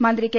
മന്ത്രി കെ